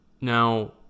Now